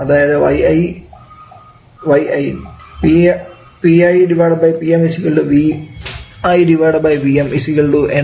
അതായത് yi